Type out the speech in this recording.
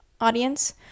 audience